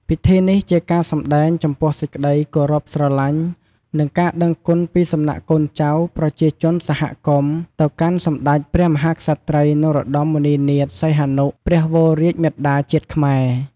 ពិធីនេះជាការសម្ដែងចំពោះសេចក្ដីគោរពស្រឡាញ់ និងការដឹងគុណពីសំណាក់កូនចៅ ប្រជាជនសហគមន៍ ទៅកាន់សម្តេចព្រះមហាក្សត្រី នរោត្តម មុនិនាថ សីហនុ ព្រះវររាជមាតាជាតិខ្មែរ